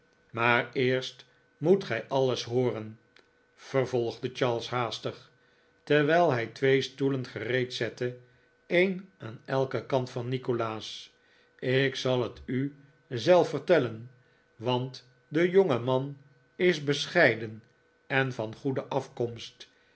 maar eerst moet gij alles hooren vervolgde charles haastig terwijl hij twee stoelen gereed zette een aan elken kant van nikolaas ik zal het u zelf vertellen want de jongeman is bescheiden en van goede afkomst